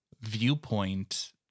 viewpoint